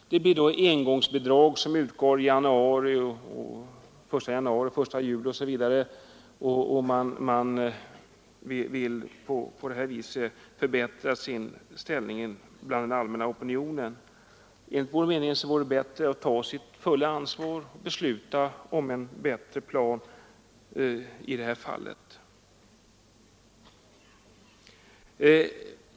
Det blir då engångsbidrag som utgår den 1 januari, den 1 juli osv. Man vill på det viset förbättra sin ställning hos allmänna opinionen. Enligt vår mening vore det bättre att ta sitt fulla ansvar och besluta om en bättre plan i det här fallet.